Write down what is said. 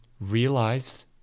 realized